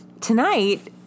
Tonight